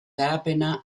garapena